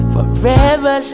Forever